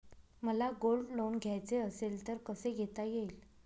मला gold loan घ्यायचे असेल तर कसे घेता येईल?